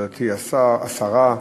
גברתי השרה,